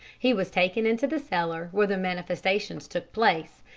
he was taken into the cellar where the manifestations took place,